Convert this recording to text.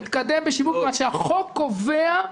מתקדם בשיווק מה שהחוק קובע,